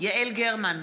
יעל גרמן,